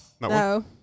No